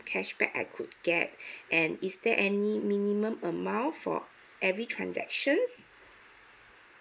cashback I could get and is there any minimum amount for every transactions